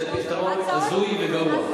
זה פתרון הזוי וגרוע.